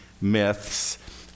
myths